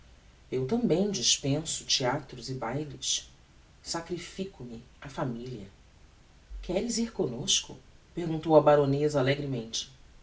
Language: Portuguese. eu tambem dispenso theatros e bailes sacrifico me á familia queres ir comnosco perguntou a baroneza alegremente